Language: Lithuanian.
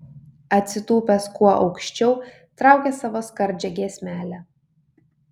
atsitūpęs kuo aukščiau traukia savo skardžią giesmelę